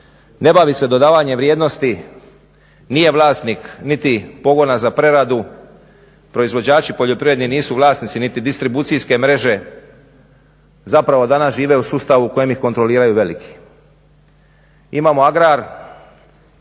ne bavi se dodavanjem vrijednosti, nije vlasnik niti pogona za preradu, proizvođači poljoprivredni nisu vlasnici niti distribucijske mreže, zapravo danas žive u sustavu u kojem ih kontroliraju veliki. Imamo agrar